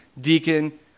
deacon